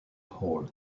whole